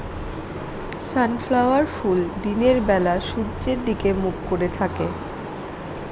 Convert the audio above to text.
sunflower ফুল দিনের বেলা সূর্যের দিকে মুখ করে থাকে